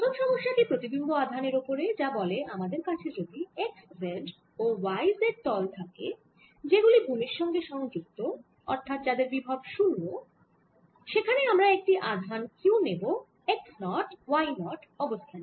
প্রথম সমস্যা টি প্রতিবিম্ব আধানের ওপরে যা বলে আমাদের কাছে যদি x z ও y z তল থাকে যেগুলি ভুমির সাথে সংযুক্ত অর্থাৎ যাদের বিভব শুন্য সেখানে আমরা একটি আধান q নেব x নট y নট অবস্থানে